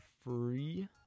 free